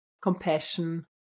compassion